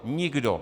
Nikdo.